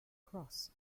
cross